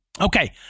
Okay